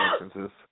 instances